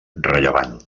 rellevant